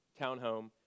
townhome